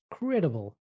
incredible